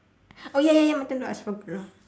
oh ya ya ya my turn to ask